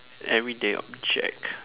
an everyday object